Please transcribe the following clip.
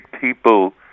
people